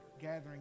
gathering